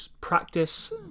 practice